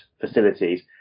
facilities